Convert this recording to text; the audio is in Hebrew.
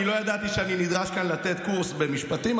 אני לא ידעתי שאני נדרש כאן לתת קורס במשפטים,